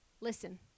Listen